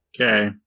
Okay